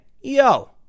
yo